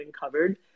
covered